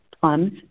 plums